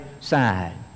side